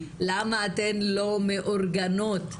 למה אתן לא מאורגנות?